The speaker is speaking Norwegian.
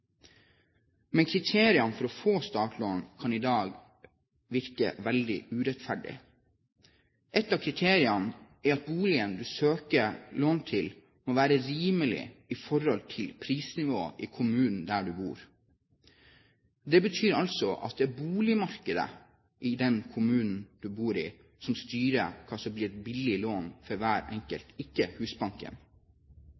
Men kriteriene for å få startlån kan i dag virke veldig urettferdige. Et av kriteriene er at boligen du søker lån til, må være rimelig i forhold til prisnivået i kommunen der du bor. Det betyr altså at det er boligmarkedet i den kommunen du bor i, som styrer hva som blir et billig lån for hver